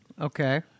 okay